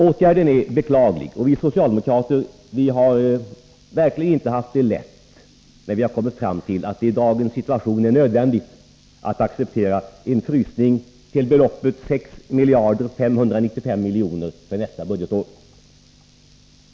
Åtgärden är beklaglig, och vi socialdemokrater har verkligen inte haft det lätt när vi har kommit fram till att det i dagens situation är nödvändigt att acceptera en frysning till beloppet 6 595 000 000 för nästa budgetår.